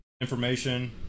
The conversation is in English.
information